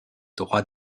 droit